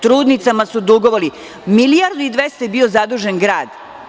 Trudnicama su dugovali, milijardu i 200 je bio zadužen grad.